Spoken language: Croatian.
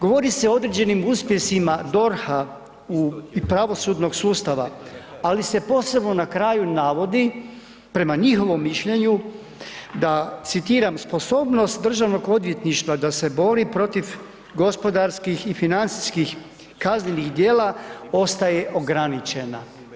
Govori se o određenim uspjesima DORH-a i pravosudnog sustava, ali se posebno na kraju navodi prema njihovom mišljenju da citiram „Sposobnost DORH-a da se bori protiv gospodarskih i financijskih kaznenih djela ostaje ograničena“